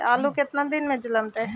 आलू केतना दिन में जलमतइ?